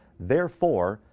therefore,